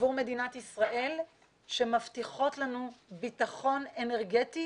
עבור מדינת ישראל שמבטיחות לנו ביטחון אנרגטי